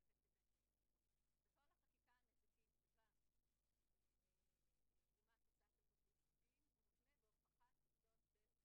הממשלה היא לתמוך בתיאום ומאחר ובנקודה הזו אין תיאום